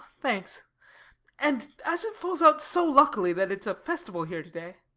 thanks and as it falls out so luckily that it's a festival here today